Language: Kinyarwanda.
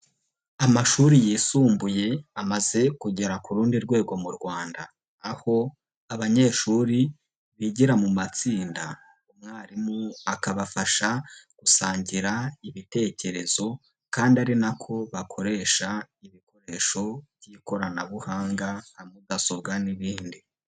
Amashuri yisumbuye amaze kugera ku rundi rwego mu Rwanda. Aho abanyeshuri bigira mu matsinda, umwarimu akabafasha gusangira ibitekerezo kandi ari nako bakoresha, ibikoresho by'ikoranabuhanga nka mudasobwa n'ibindi.